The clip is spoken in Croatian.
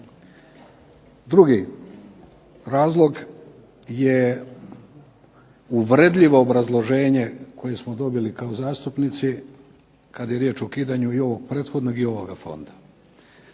Drugi razlog je uvredljivo obrazloženje koje smo dobili kao zastupnici kada je riječ i ovog prethodnog i ovoga fonda.